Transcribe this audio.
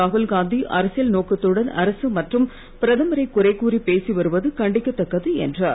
ராகுல்காந்தி அரசியல் நோக்கத்துடன் அரசு மற்றும் பிரதமரை குறை கூறிப் பேசி வருவது கண்டிக்கத்தக்கது என்றார்